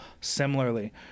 Similarly